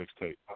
mixtape